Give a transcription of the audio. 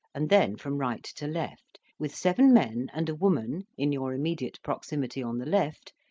and then from right to left, with seven men and a woman in your immediate proximity on the left,